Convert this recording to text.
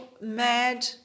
mad